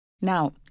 Now